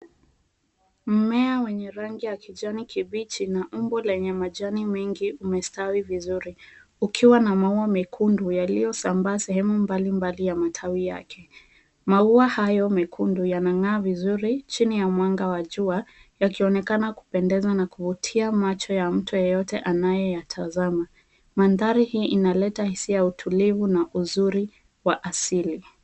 Mimea wenye rangi ya kijani kibichi na umbo lenye majani mengi umestawi vizuri kukiwa na maua mekundu yaliyosambaa sehemu mbali mbali ya matawi yake. Maua hayo mekundu yanang'aa vizuri chini ya mwanga wa jua yakionekana kupendeza na kuvutia macho ya mtu yeyote anayeyatazama. Mandhari hii inaleta hisia ya utulivu na uzuri wa asili.